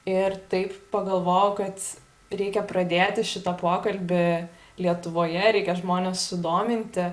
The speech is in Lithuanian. ir taip pagalvojau kad reikia pradėti šitą pokalbį lietuvoje reikia žmones sudominti